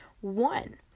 One